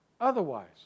otherwise